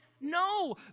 No